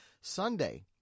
Sunday